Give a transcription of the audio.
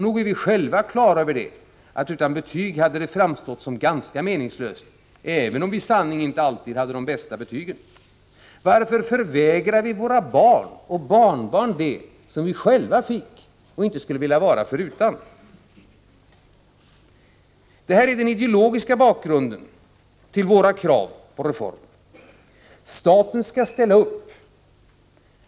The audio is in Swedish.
Nog är vi själva på det klara med att skolan utan betyg hade framstått som ganska meningslös, även om vi i sanning inte alltid hade de bästa betygen. Varför förvägrar vi våra barn och barnbarn det som vi själva fick och inte skulle vilja vara förutan? Detta är den ideologiska bakgrunden till våra krav på reformer. Staten skall ställa upp.